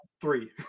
three